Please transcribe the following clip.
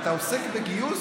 אתה עוסק בגיוס?